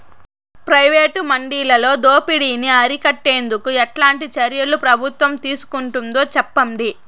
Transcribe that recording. Private మండీలలో దోపిడీ ని అరికట్టేందుకు ఎట్లాంటి చర్యలు ప్రభుత్వం తీసుకుంటుందో చెప్పండి?